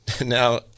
Now